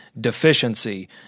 deficiency